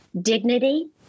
dignity